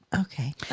okay